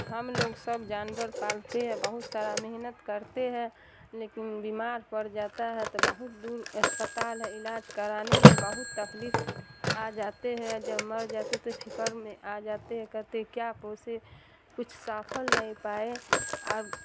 ہم لوگ سب جانور پالتے ہیں بہت سارا محنت کرتے ہیں لیکن بیمار پڑ جاتا ہے تو بہت دور اسپتال ہے علاج کرانے میں بہت تکلیف آ جاتے ہے جب مر جاتے تو فکر میں آ جاتے ہیں کہتے کیا پوسے کچھ سفل نہیں پائے اور